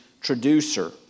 traducer